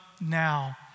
now